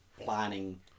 planning